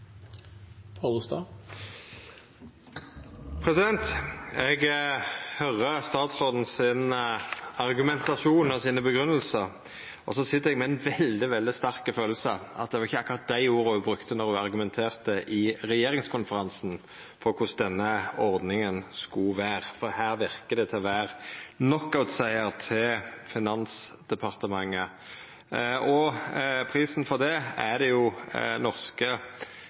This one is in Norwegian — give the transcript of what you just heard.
replikkordskifte. Eg høyrer statsrådens argumentasjon og grunngjevingar, og så sit eg med ein veldig sterk følelse av at det ikkje var akkurat dei orda ho brukte då ho argumenterte i regjeringskonferansen for korleis denne ordninga skulle vera, for her verkar det å vera knockout-siger til Finansdepartementet. Prisen for det er det norske